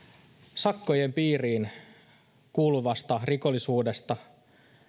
sakkojen piiriin kuuluvasta rikollisuudesta